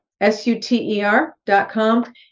S-U-T-E-R.com